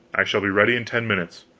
i shall be ready in ten minutes.